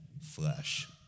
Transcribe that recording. flesh